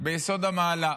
ביסוד המעלה,